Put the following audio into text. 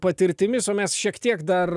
patirtimis o mes šiek tiek dar